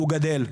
הוא גדל,